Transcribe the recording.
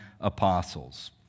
apostles